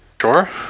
Sure